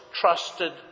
trusted